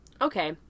okay